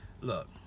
Look